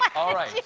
all right,